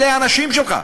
אלה האנשים שלך.